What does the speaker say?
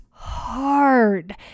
hard